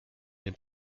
dem